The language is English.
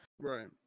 Right